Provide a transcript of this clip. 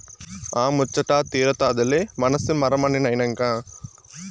ఆ ముచ్చటా తీరతాదిలే మనసి మరమనినైనంక